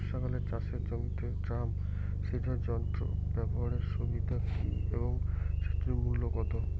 বর্ষাকালে চাষের জমিতে ড্রাম সিডার যন্ত্র ব্যবহারের সুবিধা কী এবং সেটির মূল্য কত?